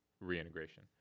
reintegration